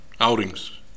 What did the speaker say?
outings